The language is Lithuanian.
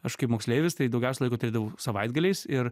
aš kaip moksleivis tai daugiausia laiko turėdavau savaitgaliais ir